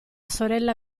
sorella